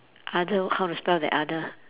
other how to spell the other